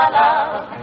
love